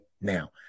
now